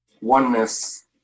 oneness